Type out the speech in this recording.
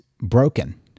broken